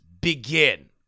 begin